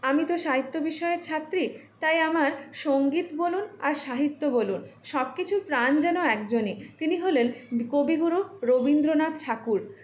আমি তো সাহিত্য বিষয়ের ছাত্রী তাই আমার সংগীত বলুন আর সাহিত্য বলুন সবকিছুর প্রাণ যেন একজনই তিনি হলেন কবিগুরু রবীন্দ্রনাথ ঠাকুর